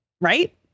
right